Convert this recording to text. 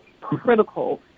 critical